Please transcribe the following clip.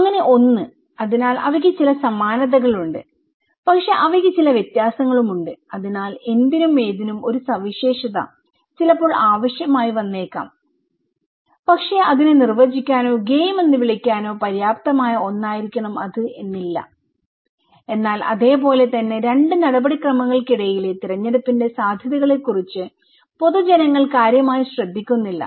അങ്ങനെ ഒന്ന് അതിനാൽ അവയ്ക്ക് ചില സമാനതകളുണ്ട് പക്ഷേ അവയ്ക്ക് ചില വ്യത്യാസങ്ങളുമുണ്ട് അതിനാൽ എന്തിനും ഏതിനും ഒരു സവിശേഷത ചിലപ്പോൾ ആവശ്യമായി വന്നേക്കാം പക്ഷേ അതിനെ നിർവചിക്കാനോഗെയിം എന്ന് വിളിക്കാനോ പര്യാപ്തമായ ഒന്നായിരിക്കണം അത് എന്നില്ല എന്നാൽ അതേപോലെ തന്നെ രണ്ട് നടപടിക്രമങ്ങൾക്കിടയിലെ തിരഞ്ഞെടുപ്പിന്റെ സാധ്യതകളെക്കുറിച്ച് പൊതുജനങ്ങൾ കാര്യമായി ശ്രദ്ധിക്കുന്നില്ല